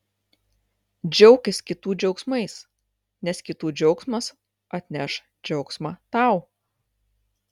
džiaukis kitų džiaugsmais nes kitų džiaugsmas atneš džiaugsmą tau